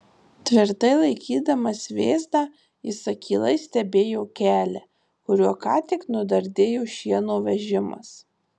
tvirtai laikydamas vėzdą jis akylai stebėjo kelią kuriuo ką tik nudardėjo šieno vežimas